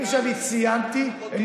הנתונים שאני אומר עובדתיים.